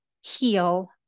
heal